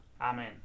Amen